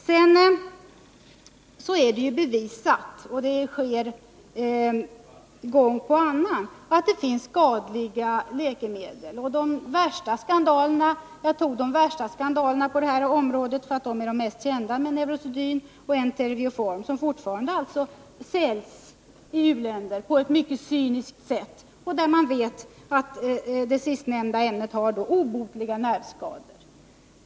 Sedan har det också gång på gång bevisats att det finns skadliga läkemedel. Jag nämnde de värsta skandalerna på detta område, därför att de är de mest kända, nämligen neurosedyn och entero-vioform, som på ett mycket cyniskt sätt fortfarande säljs i u-länder. Man vet ju att det sistnämnda ämnet kan medföra obotliga nervskador.